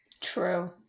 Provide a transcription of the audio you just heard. True